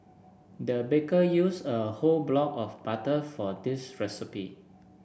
the baker used a whole block of butter for this recipe